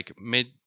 mid